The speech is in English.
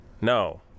No